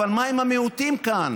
אבל מה עם המיעוטים כאן?